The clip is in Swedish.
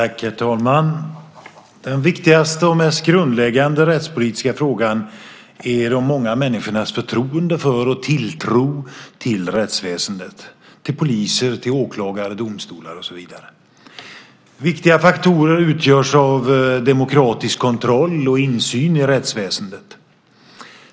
Herr talman! Den viktigaste och mest grundläggande rättspolitiska frågan är de många människornas förtroende för och tilltro till rättsväsendet, till poliser, åklagare, domstolar och så vidare. Viktiga faktorer utgörs av demokratisk kontroll och insyn i rättsväsendet.